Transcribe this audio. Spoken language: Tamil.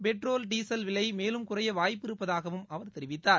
பெட்ரோல் டீசல் விலை மேலும் குறைய வாய்ப்பு இருப்பதாகவும் அவர் தெரிவித்தாா